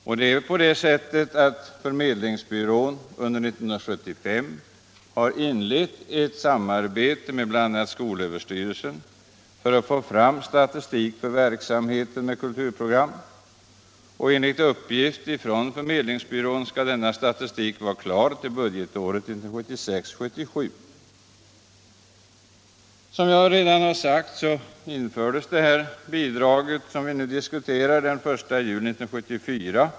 Det är ju på det sättet att förmedlingsbyrån under 1975 har inlett ett samarbete med bl.a. skolöverstyrelsen för att få fram statistik över verksamheten med kulturprogram, och enligt uppgift från förmedlingsbyrån skall denna statistik vara klar till budgetåret 1976/77. Som jag redan sagt infördes det bidrag som vi nu diskuterar den 1 juli 1974.